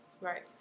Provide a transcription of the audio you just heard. Right